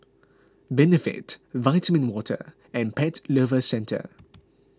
Benefit Vitamin Water and Pet Lovers Centre